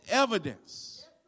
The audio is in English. evidence